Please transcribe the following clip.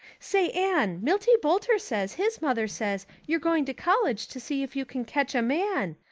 say, anne, milty boulter says his mother says you're going to college to see if you can catch a man.